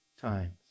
times